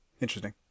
Interesting